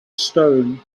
stone